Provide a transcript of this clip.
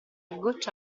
goccia